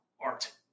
art